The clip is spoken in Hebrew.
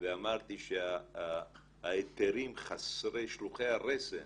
ואמרתי שההיתרים שלוחי הרסן